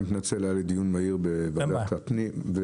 אני מתנצל היה לי דיון מהיר בוועדת הבריאות,